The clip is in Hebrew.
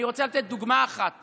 אני רוצה לתת דוגמה אחת